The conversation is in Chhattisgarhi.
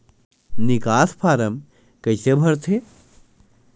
निकास फारम कइसे भरथे?